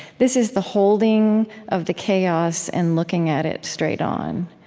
this is the holding of the chaos and looking at it straight on.